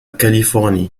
californie